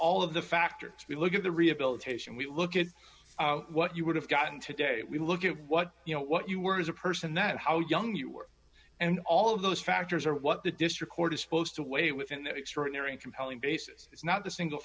all of the factors we look at the rehabilitation we look at what you would have gotten today we look at what you know what you were as a person that how young you were and all of those factors are what the district court is supposed to weigh with an extraordinary and compelling basis is not the single